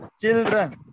Children